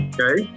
Okay